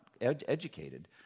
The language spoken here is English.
educated